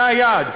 זה היעד,